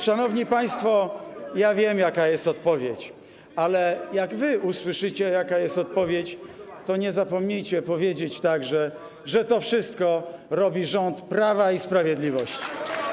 Szanowni państwo, ja wiem, jaka jest odpowiedź, ale gdy wy usłyszycie, jaka jest odpowiedź, to nie zapomnijcie powiedzieć także, że to wszystko robi rząd Prawa i Sprawiedliwości.